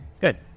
Good